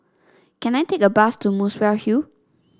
can I take a bus to Muswell Hill